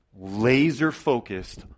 laser-focused